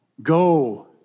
Go